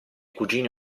cugine